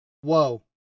Whoa